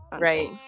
Right